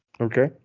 okay